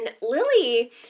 Lily